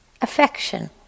Affection